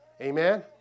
Amen